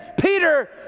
Peter